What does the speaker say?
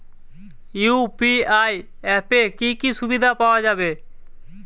UPI অ্যাপে কি কি সুবিধা পাওয়া যাবে?